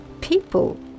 People